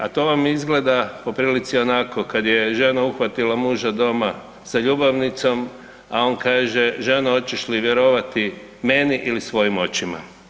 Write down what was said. A to vam izgleda po prilici onako kad je žena uhvatila muža doma sa ljubavnicom, a on kaže ženo hoćeš li vjerovati meni ili svojim očima.